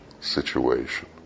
situation